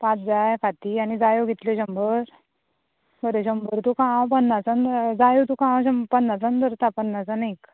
पांच जाय फांती आनी जायो कितल्यो शंबर बरें शंबर तुका हांव पन्नासांक जायो तुका हांव शम पन्नासांग धरता पन्नासान एक